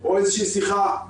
או שיחה,